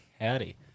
Howdy